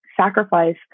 sacrifice